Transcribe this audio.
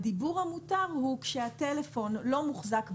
הדיבור המותר הוא כאשר הטלפון לא מוחזק ביד,